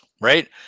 right